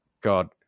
God